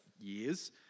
years